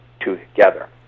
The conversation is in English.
together